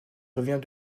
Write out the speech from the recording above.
revient